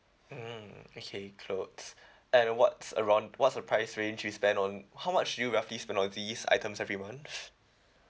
mm okay clothes and what's around what's the price range you spend on how much do you roughly spend on these items every month